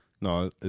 No